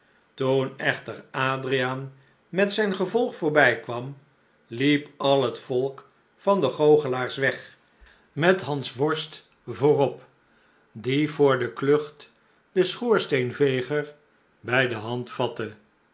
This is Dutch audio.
toen echter adriaan met zijn gevolg voorbij kwam liep al t volk van de goochelaars weg met hansworst voorop die voor de klucht den schoorsteenveger bij de